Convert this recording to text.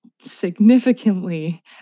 significantly